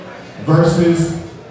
versus